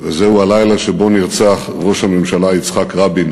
וזהו הלילה שבו נרצח ראש הממשלה יצחק רבין.